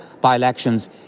by-elections